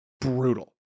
brutal